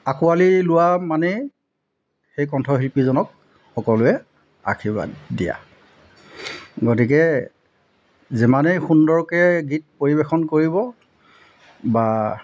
আঁকোৱালি লোৱা মানেই সেই কণ্ঠশিল্পীজনক সকলোৱে আশীৰ্বাদ দিয়া গতিকে যিমানেই সুন্দৰকৈ গীত পৰিৱেশন কৰিব বা